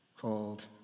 called